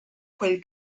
quel